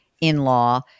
in-law